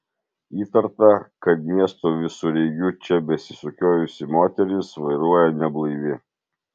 įtarta kad miesto visureigiu čia besisukiojusi moteris vairuoja neblaivi